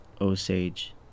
Osage